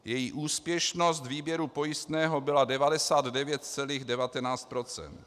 Její úspěšnost výběru pojistného byla 99,19 %.